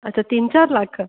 अच्छा तीन चार लक्ख